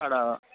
అలా